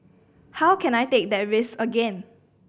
how can I take that risk again